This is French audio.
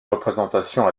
représentation